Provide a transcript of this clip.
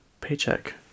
paycheck